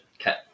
Okay